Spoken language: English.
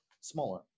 smaller